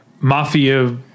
mafia